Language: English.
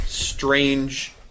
strange